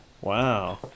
Wow